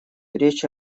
речь